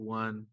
one